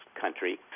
country